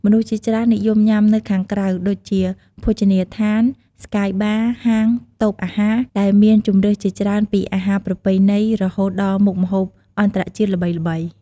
មនុស្សជាច្រើននិយមញ៉ាំនៅខាងក្រៅ ដូចជា ភោជនីយដ្ឋាន ស្កាយបារ៍ ហាង តូបអាហារ ដែលមានជម្រើសជាច្រើនពីអាហារប្រពៃណីរហូតដល់មុខម្ហូបអន្តរជាតិល្បីៗ។